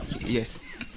Yes